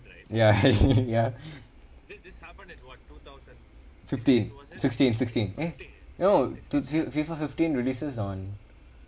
ya ya fifteen sixteen sixteen eh no fi~ FIFA fifteen releases on